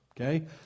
okay